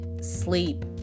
sleep